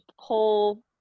pull –